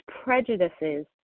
prejudices